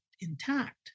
intact